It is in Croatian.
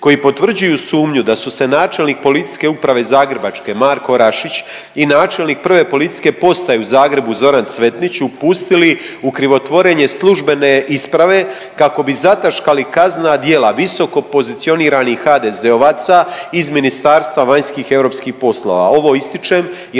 koji potvrđuju sumnju da su se načelnik PU Zagrebačke Marko Rašić i načelnik I. PP u Zagrebu Zoran Cvetnić upustili u krivotvorenje službene isprave kako bi zataškali kaznena djela visokopozicioniranih HDZ-ovaca iz Ministarstva vanjskih i europskih poslova.